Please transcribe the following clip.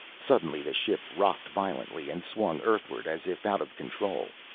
suddenly the ship rocked violently and swung earthward as if out of control.